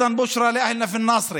זו גם בשורה לבני עמנו בנצרת.